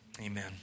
Amen